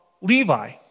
Levi